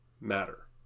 matter